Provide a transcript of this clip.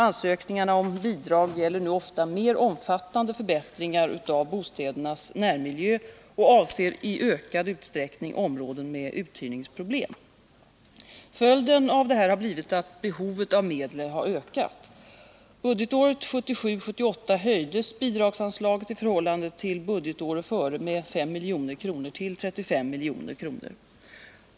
Ansökningarna om bidrag gäller nu ofta mer omfattande förbättringar av bostädernas närmiljö och avser i ökad utsträckning områden med uthyrningsproblem. Följden av detta har blivit att behovet av medel har ökat. Budgetåret 1977/78 höjdes bidragsanslaget i förhållande till budgetåret före med 5 milj.kr. till 35 milj.kr.